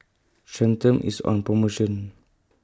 Centrum IS on promotion